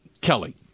Kelly